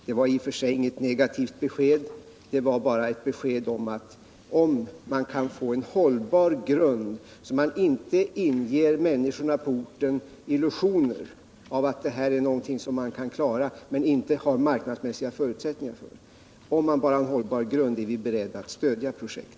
Det var i och för sig inget negativt besked, bara ett besked att om man kan få en hållbar grund — så att man inte inger människorna på orten illusioner om att det här är någonting som man skall klara, men inte har marknadsmässiga förutsättningar för — då är vi beredda att stödja projektet